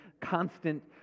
constant